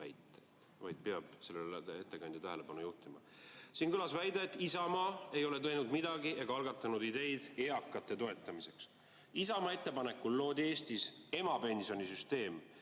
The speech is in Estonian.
väiteid, vaid peab sellele ettekandja tähelepanu juhtima. Siin kõlas väide, et Isamaa ei ole teinud midagi ega algatanud ideid eakate toetamiseks. Isamaa ettepanekul loodi Eestis emapensionisüsteem,